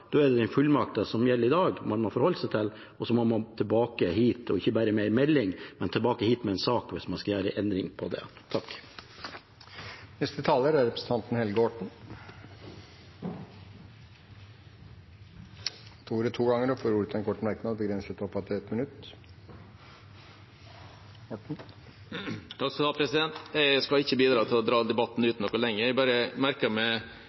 Da er det fullmakten som gjelder i dag, man må forholde seg til. Så må man tilbake hit med en sak – og ikke bare med en melding – hvis man skal gjøre en endring på det. Representanten Helge Orten har hatt ordet to ganger tidligere og får ordet til en kort merknad, begrenset til 1 minutt. Jeg skal ikke bidra til å dra debatten ut lenger, men jeg merket meg